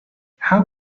how